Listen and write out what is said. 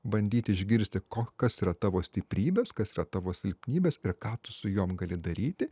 bandyti išgirsti ko kas yra tavo stiprybės kas yra tavo silpnybės ir ką tu su jom gali daryti